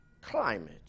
climate